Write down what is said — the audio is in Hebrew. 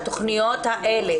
התוכניות האלה,